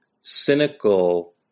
cynical